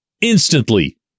Instantly